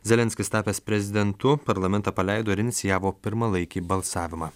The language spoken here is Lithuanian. zelenskis tapęs prezidentu parlamentą paleido ir inicijavo pirmalaikį balsavimą